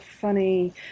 funny